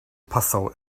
passau